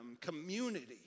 Community